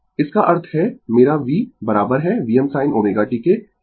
Refer Slide Time 1207 इसका अर्थ है मेरा v बराबर है Vm sin ω t के